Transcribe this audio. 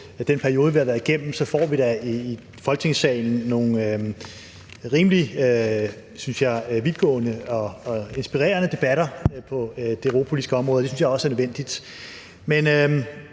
den periode, vi har været igennem, får vi da i Folketingssalen nogle rimelig vidtgående og inspirerende debatter på det europapolitiske område. Det synes jeg også er nødvendigt.